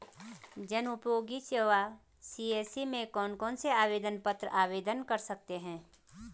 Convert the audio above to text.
जनउपयोगी सेवा सी.एस.सी में कौन कौनसे आवेदन पत्र आवेदन कर सकते हैं?